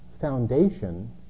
foundation